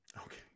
Okay